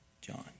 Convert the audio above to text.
John